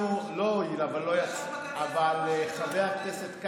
לא ישבת בקצה?